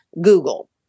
Google